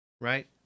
right